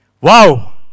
Wow